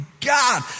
God